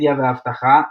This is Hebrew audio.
מדיה ואבטחה,